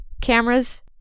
cameras